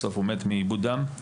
בסוף הוא מת מאיבוד דם,